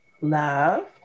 love